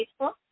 Facebook